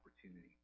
opportunity